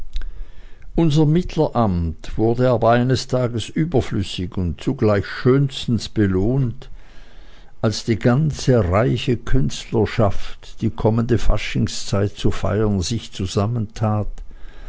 unser mittleramt wurde aber eines tages überflüssig und zugleich schönstens belohnt als die ganze reichgeartete künstlerschaft die kommende faschingszeit zu feiern sich zusammentat